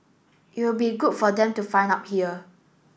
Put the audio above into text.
it will be good for them to find out here